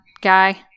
guy